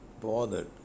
bothered